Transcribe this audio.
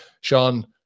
sean